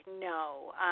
No